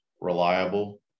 reliable